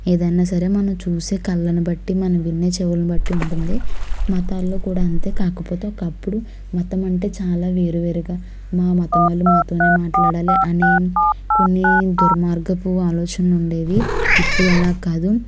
ఏదైనా సరే మనం చూసే కళ్ళను బట్టి మన విన్న చెవులు బట్టి ఉంటుంది మతాల్లో కూడా అంతే కాకపోతే ఒకప్పుడు మతం అంటే చాలా వేరువేరుగా మా మతములు మాతోనే మాట్లాడాలి అనే కొన్ని దుర్మార్గపు ఆలోచనలు ఉండేది ఇప్పుడు అలా కాదు